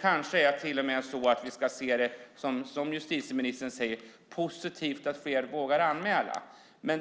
Kanske ska vi, som justitieministern säger, se det som positivt att fler vågar anmäla. När